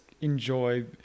enjoy